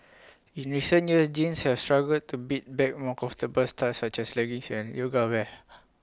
in recent years jeans have struggled to beat back more comfortable styles such as leggings and yoga wear